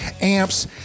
amps